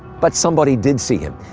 but somebody did see him.